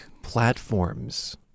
platforms